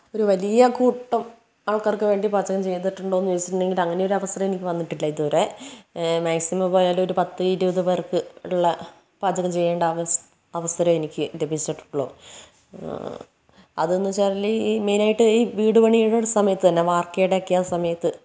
ഒരു വലിയ കൂട്ടം ആൾക്കാർക്ക് വേണ്ടി പാചകം ചെയ്തിട്ടുണ്ടോയെന്ന് ചോദിച്ചിട്ടുണ്ടെങ്കിൽ അങ്ങനെയൊരു അവസരം എനിക്ക് വന്നിട്ടില്ല ഇതുവരെ മാക്സിമം പോയാൽ ഒരു പത്ത് ഇരുപത് പേർക്ക് ഉള്ള പാചകം ചെയ്യേണ്ട അവസരം എനിക്ക് ലഭിച്ചിട്ടുള്ളൂ അതെന്നു വച്ചാൽ ഈ മെയിൻ ആയിട്ട് ഈ വീടു പണിയുടെ ഒരു സമയത്തു തന്നെ വാർക്കയുടെ ഒക്കെ ആ സമയത്ത്